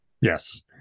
Yes